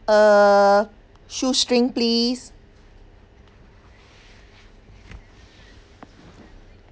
uh shoestring please